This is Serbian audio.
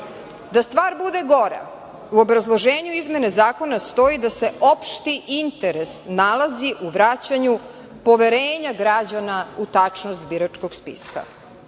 stvar bude gora, u obrazloženju izmene zakona stoji da se opšti interes nalazi u vraćanju poverenja građana u tačnost biračkog spiska.